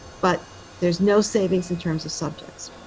but there's no savings in terms of subjects.